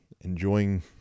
enjoying